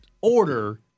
order